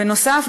בנוסף,